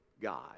God